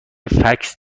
فکس